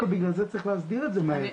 דווקא בגלל זה צריך להסדיר את זה מהר.